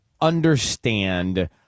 understand